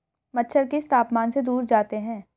मच्छर किस तापमान से दूर जाते हैं?